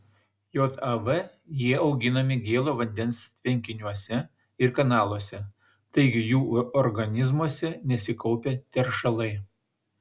jav jie auginami gėlo vandens tvenkiniuose ir kanaluose taigi jų organizmuose nesikaupia teršalai